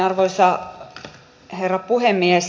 arvoisa herra puhemies